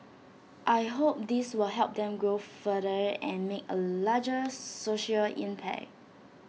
I hope this will help them grow further and make A larger social impact